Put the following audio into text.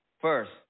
First